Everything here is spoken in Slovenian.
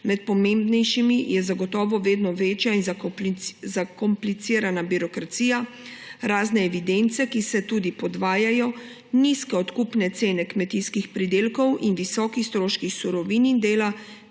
Med pomembnejšimi so zagotovo vedno večja in zakomplicirana birokracija, razne evidence, ki se tudi podvajajo, nizke odkupne cene kmetijskih pridelkov in visoki stroški surovin in dela